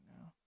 now